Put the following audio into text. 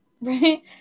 Right